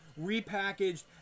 repackaged